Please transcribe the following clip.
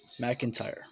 McIntyre